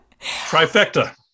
Trifecta